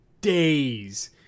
days